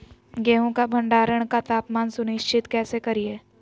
गेहूं का भंडारण का तापमान सुनिश्चित कैसे करिये?